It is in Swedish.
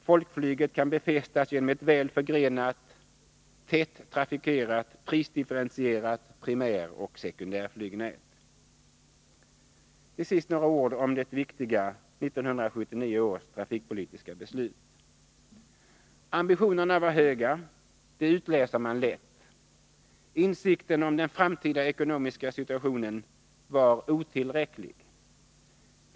Folkflyget kan befästas genom ett väl förgrenat, tätt trafikerat, prisdifferentierat primäroch sekundärflygnät. Till sist några ord om det viktiga 1979 års trafikpolitiska beslut. Ambitionerna var höga — det utläser man lätt. Insikten om den framtida ekonomiska situationen var otillräcklig.